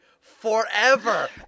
forever